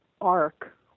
arc